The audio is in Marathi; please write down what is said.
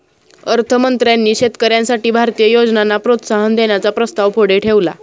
अर्थ मंत्र्यांनी शेतकऱ्यांसाठी भारतीय योजनांना प्रोत्साहन देण्याचा प्रस्ताव पुढे ठेवला